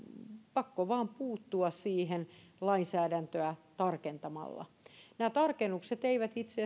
pakko vain puuttua siihen lainsäädäntöä tarkentamalla nämä tarkennukset eivät itse